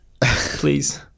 Please